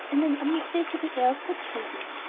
and an unmistakable air of good breeding.